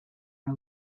her